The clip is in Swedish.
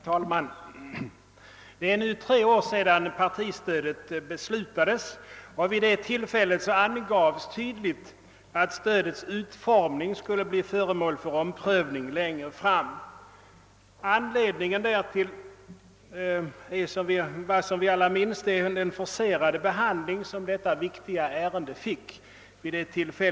Herr talman! Det är nu tre år sedan partistödet beslutades. Vid' det tillfället angavs tydligt, att frågan :om: stödets utformning skulle bli föremål för omprövning längre fram. Anledningen härtill var, som alla vet, den forcerade behandling som detta ärende fick.